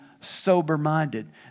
sober-minded